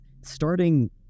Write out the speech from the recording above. starting